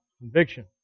conviction